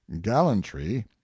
gallantry